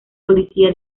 policía